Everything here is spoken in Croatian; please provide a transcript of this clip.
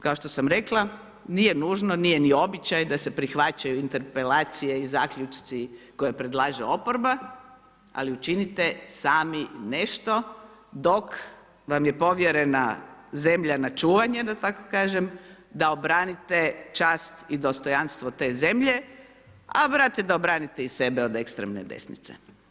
Kao što sam rekla, nije nužno, nije ni običaj da se prihvaćaju interpelacije i zaključci koje predlaže oporba, ali učinite sami nešto dok vam je povjerena zemlja na čuvanje, da tako kažem, da obranite čast i dostojanstvo te zemlje, a brate, da obranite i sebe od ekstremne desnice.